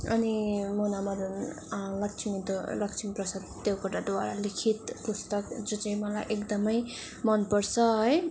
अनि मुना मदन लक्ष्मी देव लक्ष्मीप्रसाद देवकोटाद्वारा लिखित पुस्तक जो चाहिँ मलाई एकदमै मनपर्छ है